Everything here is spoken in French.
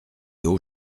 hauts